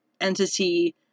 entity